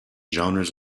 genres